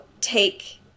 take